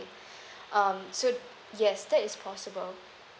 um so yes that is possible